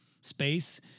space